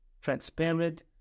transparent